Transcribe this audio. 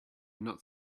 not